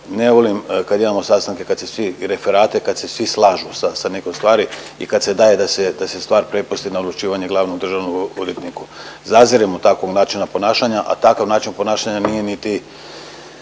ne volim kad imamo sastanke kad se svi, referate kad se svi slažu sa nekom stvari i kad se daje da se stvar prepusti na odlučivanje glavnom državnom odvjetniku. Zazirem od takvog načina ponašanja, a takav način ponašanja nije niti